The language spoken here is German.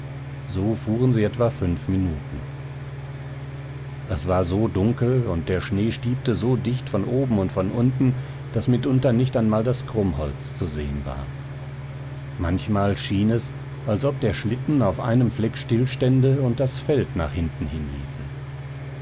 so fuhren sie etwa fünf minuten es war so dunkel und der schnee stiebte so dicht von oben und von unten daß mitunter nicht einmal das krummholz zu sehen war manchmal schien es als ob der schlitten auf einem fleck stillstände und das feld nach hinten hin liefe